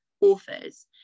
authors